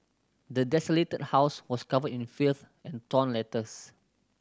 the desolated house was covered in filth and torn letters